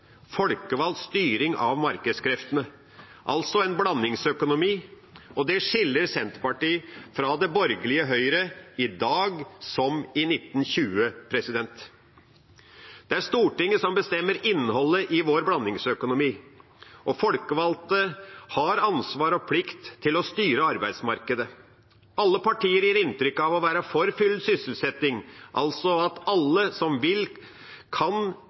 folkevalgt styring av markedskreftene – altså en blandingsøkonomi. Det skiller Senterpartiet fra det borgerlige Høyre i dag som i 1920. Det er Stortinget som bestemmer innholdet i vår blandingsøkonomi, og folkevalgte har ansvar for og plikt til å styre arbeidsmarkedet. Alle partier gir inntrykk av å være for full sysselsetting, at alle som vil, kan